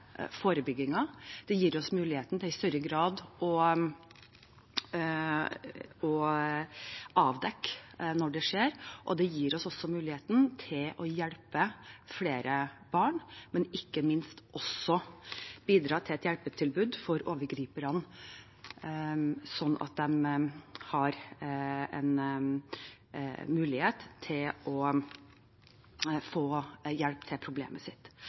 forebyggingen, det gir oss muligheten til i større grad å avdekke når det skjer, og det gir oss muligheten til å hjelpe flere barn, og ikke minst også til å bidra til et hjelpetilbud for overgriperne, sånn at de har en mulighet til å få hjelp med problemet sitt.